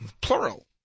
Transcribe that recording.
Plural